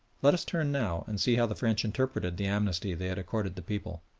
let us turn now and see how the french interpreted the amnesty they had accorded the people.